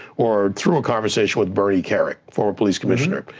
or through a conversation with bernie kerik, former police commissioner.